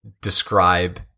Describe